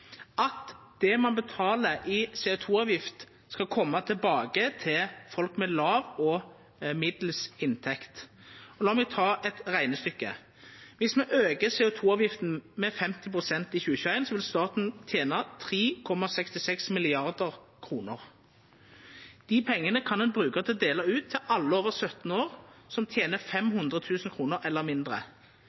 at det ein betaler i CO 2 -avgift, skal koma tilbake til folk med låg og middels inntekt. La meg ta eit reknestykke: Viss me aukar CO 2 -avgifta med 50 pst. i 2021, vil staten tena 3,66 mrd. kr. Dei pengane kan ein dela ut til alle over 17 år som tener 500 000 kr eller mindre.